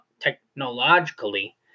technologically